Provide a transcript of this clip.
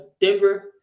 Denver